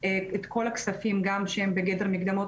את כל הכספים גם שהם בגדר מקדמות,